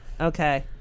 okay